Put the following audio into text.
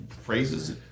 phrases